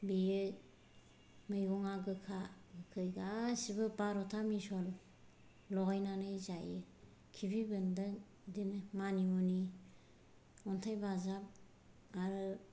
बेयो मैगंया गोखा गोखै गासिबो बार'था मिसल लगायनानै जायो खिफि बेन्दों इदिनो मानि मुनि अन्थाइ बाजाब आरो